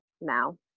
now